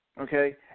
okay